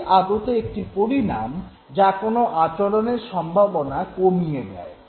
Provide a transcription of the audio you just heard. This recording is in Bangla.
শাস্তি আদতে একটি পরিণাম যা কোনো আচরণের সম্ভাবনা কমিয়ে দেয়